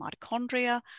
mitochondria